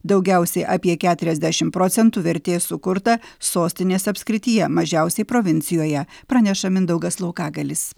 daugiausiai apie keturiasdešim procentų vertės sukurta sostinės apskrityje mažiausiai provincijoje praneša mindaugas laukagalis